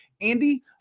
Andy